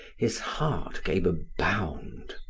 his heart gave a bound.